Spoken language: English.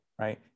right